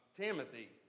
Timothy